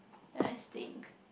and I stink